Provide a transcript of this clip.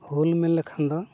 ᱦᱩᱞ ᱢᱮᱱ ᱞᱮᱠᱷᱟᱱ ᱫᱚ